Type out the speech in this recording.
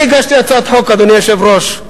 אני הגשתי הצעת חוק, אדוני היושב-ראש.